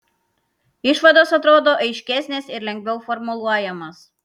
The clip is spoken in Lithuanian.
išvados atrodo aiškesnės ir lengviau formuluojamos